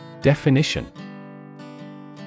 Definition